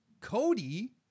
cody